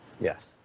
Yes